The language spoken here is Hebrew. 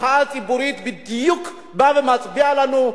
המחאה הציבורית בדיוק באה ומצביעה לנו,